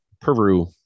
Peru